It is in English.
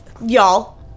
y'all